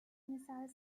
missile